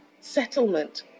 settlement